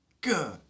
good